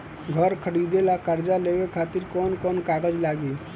घर खरीदे ला कर्जा लेवे खातिर कौन कौन कागज लागी?